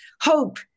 hope